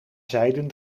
zijden